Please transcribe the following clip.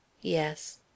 Yes